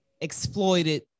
exploited